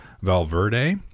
Valverde